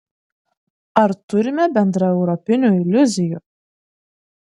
ar turime bendraeuropinių iliuzijų